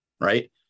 Right